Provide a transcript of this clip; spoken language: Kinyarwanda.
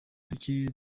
duke